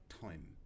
time